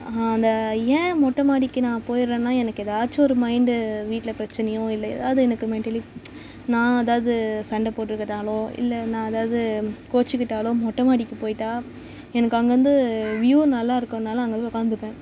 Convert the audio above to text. அந்த என் மொட்டை மாடிக்கு நான் போயிடறேனா எனக்கு ஏதாச்சும் ஒரு மைண்டு வீட்டில் பிரச்சினையோ இல்லை ஏதாவது எனக்கு மெண்டலி நான் ஏதாவது சண்டை போட்டுக்கிட்டாலோ இல்லை நான் ஏதாவது கோச்சுக்கிட்டாலோ மொட்டை மாடிக்கு போயிட்டால் எனக்கு அங்கேருந்து வியூ நல்லா இருக்கிறனால அங்கே போய் உட்காந்துப்பேன்